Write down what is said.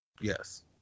Yes